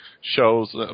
shows